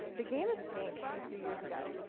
the game has changed from a few years ago,